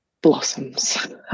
blossoms